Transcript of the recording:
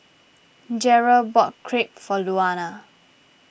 Jere bought Crepe for Luana